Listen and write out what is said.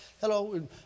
hello